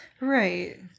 right